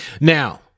Now